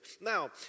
Now